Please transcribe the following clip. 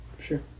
Sure